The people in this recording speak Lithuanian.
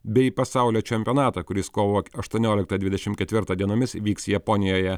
bei pasaulio čempionatą kuris kovo aštuonioliktą dvidešimt ketvirtą dienomis vyks japonijoje